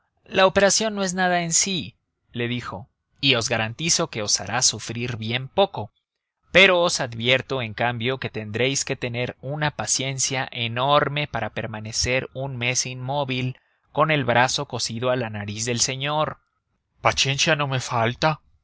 la operación no es nada en sí le dijo y os garantizo que os hará sufrir bien poco pero os advierto en cambio que tendréis que tener una paciencia enorme para permanecer un mes inmóvil con el brazo cosido a la nariz del señor paciencia no me